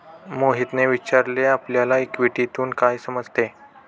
मोहितने विचारले आपल्याला इक्विटीतून काय समजते?